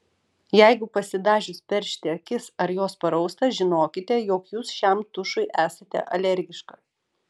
jeigu pasidažius peršti akis ar jos parausta žinokite jog jūs šiam tušui esate alergiška